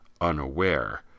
unaware